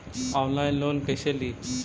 Online loan कैसे ली?